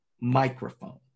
microphone